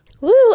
Woo